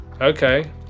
Okay